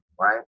right